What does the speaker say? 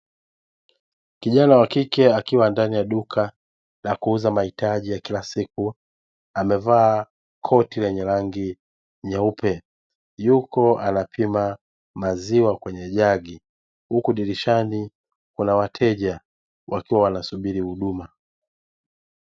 Kijana wa kike akiwa ndani ya duka la kuuza mahitaji ya kila siku, amevaa koti lenye rangi nyeupe. Yupo anapima maziwa kwenye jagi huku dirishani kuna wateja wakiwa wanasubiri huduma.